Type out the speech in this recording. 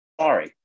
sorry